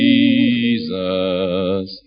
Jesus